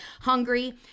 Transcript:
hungry